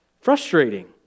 frustrating